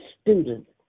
students